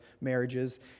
marriages